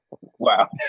Wow